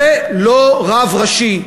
זה לא רב ראשי.